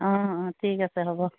অ অ ঠিক আছে হ'ব